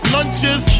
Lunches